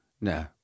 No